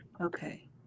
Okay